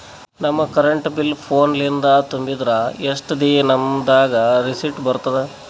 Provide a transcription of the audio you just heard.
ನಮ್ current bill ಫೋನ ಲಿಂದೇ ತುಂಬಿದ್ರ, ಎಷ್ಟ ದಿ ನಮ್ ದಾಗ ರಿಸಿಟ ಬರತದ?